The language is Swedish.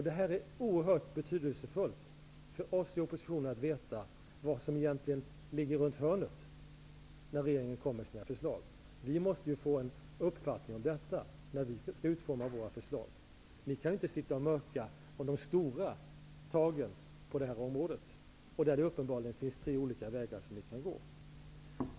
Det är oerhört betydelsefullt för oss i oppositionen att få veta vad som egentligen ligger runt hörnet när regeringen kommer med sina förslag. Vi måste få en uppfattning om detta när vi utformar våra förslag. Ni kan inte mörka beträffande de stora tagen på detta område, där det uppenbarligen finns tre olika vägar att gå.